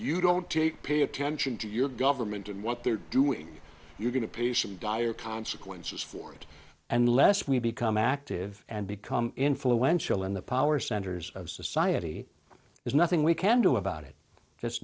you don't take pay attention to your government and what they're doing you get peace and dire consequences for it unless we become active and become influential in the power centers of society is nothing we can do about it just